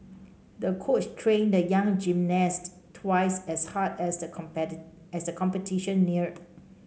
the coach trained the young gymnast twice as hard as the as the competition neared